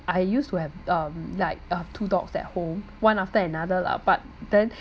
I used to have um like I have two dogs at home one after another lah but then